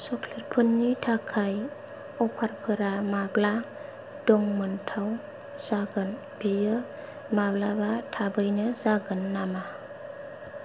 सक्लेटफोरनि थाखाय अफारफोरा माब्ला दंमोनथाव जागोन बियो माब्लाबा थाबैनो जागोन नामा